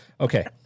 Okay